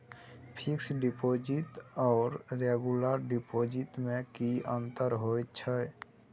Fix deposit आर regular deposit में की अंतर होय छै?